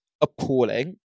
appalling